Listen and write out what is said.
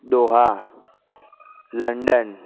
Doha London